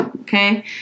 okay